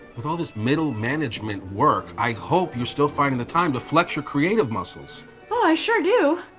with all this middle management work, i hope you're still finding the time to flex your creative muscles. oh, i sure do.